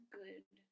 good